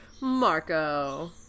Marco